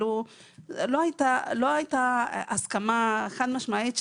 לא היתה הסכמה חד-משמעית,